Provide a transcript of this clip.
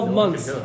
months